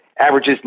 averages